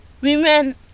Women